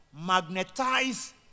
magnetize